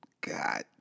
God